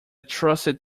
trusted